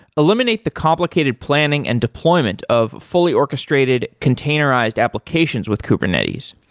eliminate the complicated planning and deployment of fully orchestrated containerized applications with kubernetes.